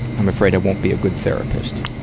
i'm afraid i won't be a good therapist.